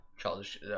Childish